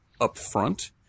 upfront